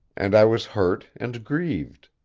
and i was hurt and grieved.